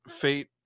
Fate